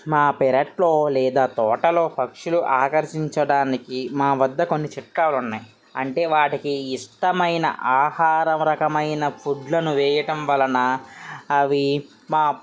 మా పెరట్లో లేదా తోటలో పక్షులు ఆకర్షించడానికి మా వద్ద కొన్ని చిట్కాలు ఉన్నాయి అంటే వాటికి ఇష్టమైన ఆహారం రకమైన ఫుడ్లను వేయటం వలన అవీ మా